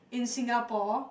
in Singapore